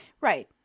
right